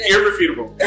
Irrefutable